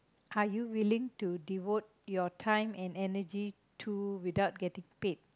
are you willing to devote your time and energy to without getting paid